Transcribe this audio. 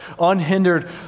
unhindered